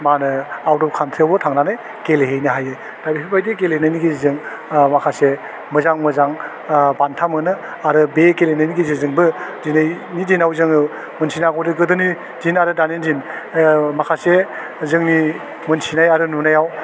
मा होनो out of country आवबो थांनानै गेलेहैनो हायो दा बेफोरबायदि गेलेनायनि गेजेरजों माखासे मोजां मोजां बान्था मोनो आरो बे गेलेनायनि गेजेरजोंबो दिनैनि दिनाव जोङो मिथिनांगौनि गोदोनि दिन दानि दिन माखासे जोंनि मोन्थिनाय आरो नुनायाव